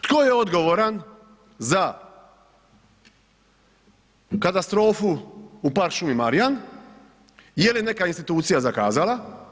Tko je odgovoran za katastrofu u park šumi Marjan, je li neka institucija zakazala?